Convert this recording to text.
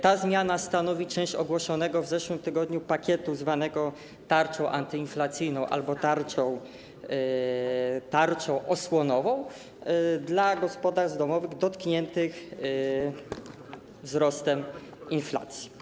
Ta zmiana stanowi część ogłoszonego w zeszłym tygodniu pakietu zwanego tarczą antyinflacyjną albo tarczą osłonową dla gospodarstw domowych dotkniętych wzrostem inflacji.